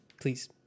please